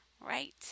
Right